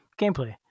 Gameplay